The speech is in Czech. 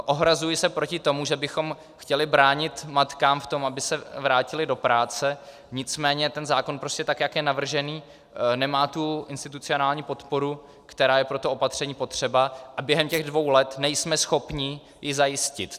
Ohrazuji se proti tomu, že bychom chtěli bránit matkám v tom, aby se vrátily do práce, nicméně ten zákon prostě, tak jak je navržený, nemá tu institucionální podporu, která je pro toto opatření potřeba, a během těch dvou let nejsme schopni ji zajistit.